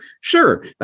Sure